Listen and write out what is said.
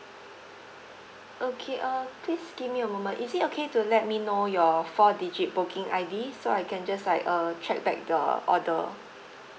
okay uh please give me a moment is it okay to let me know your four digit booking I_D so I can just like uh check back your order